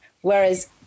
Whereas